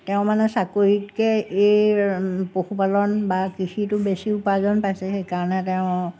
তেওঁ মানে চাকৰিতকৈ এই পশুপালন বা কৃষিটো বেছি উপাৰ্জন পাইছে সেইকাৰণে তেওঁ